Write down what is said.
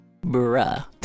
Bruh